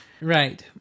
right